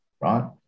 right